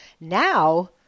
now